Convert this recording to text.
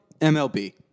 MLB